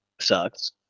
sucks